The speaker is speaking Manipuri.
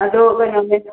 ꯑꯗꯣ ꯀꯩꯅꯣꯅꯦ